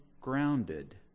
grounded